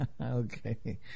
Okay